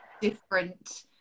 different